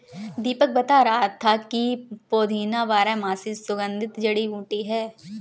दीपक बता रहा था कि पुदीना बारहमासी सुगंधित जड़ी बूटी है